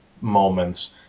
moments